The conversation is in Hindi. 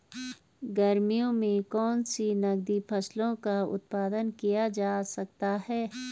गर्मियों में कौन सी नगदी फसल का उत्पादन किया जा सकता है?